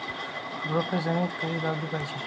रोपे जमिनीत कधी लावली पाहिजे?